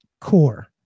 core